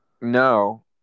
No